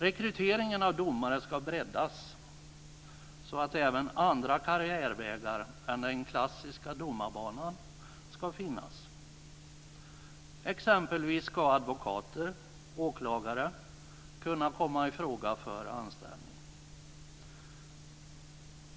Rekryteringen av domare ska breddas, så att även andra karriärvägar än den klassiska domarbanan ska finnas. Exempelvis ska advokater och åklagare kunna komma i fråga för anställning.